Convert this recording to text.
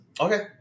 Okay